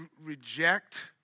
reject